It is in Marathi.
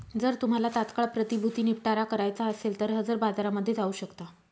जर तुम्हाला तात्काळ प्रतिभूती निपटारा करायचा असेल तर हजर बाजारामध्ये जाऊ शकता